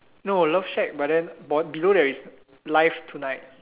no love shack but then b~ below there is live tonight